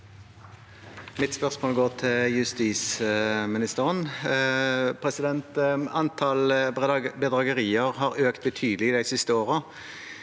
Mitt spørsmål går til justisministeren. Antall bedragerier har økt betydelig de siste årene.